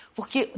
Porque